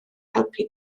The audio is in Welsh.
helpu